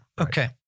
Okay